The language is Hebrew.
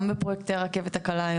גם בפרויקט הרכבת הקלה.